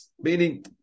Meaning